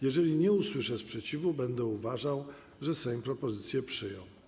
Jeżeli nie usłyszę sprzeciwu, będę uważał, że Sejm propozycję przyjął.